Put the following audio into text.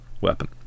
weapon